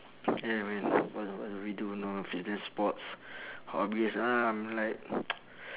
yeah man what what do we do know fitness sports hobbies ah like